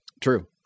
True